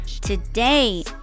Today